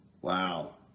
Wow